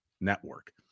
network